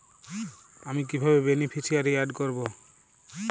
আমি কিভাবে beneficiary add করব?